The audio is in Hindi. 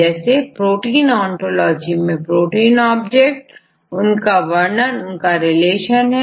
जैसे प्रोटीन ओंटोलॉजी मैं प्रोटीन ऑब्जेक्ट्स उनका वर्णन उनका रिलेशन है